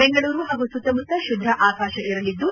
ಬೆಂಗಳೂರು ಹಾಗೂ ಸುತ್ತಮುತ್ತ ಶುಭ್ರ ಆಕಾಶ ಇರಲಿದ್ದು